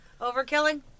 Overkilling